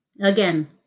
Again